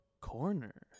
corner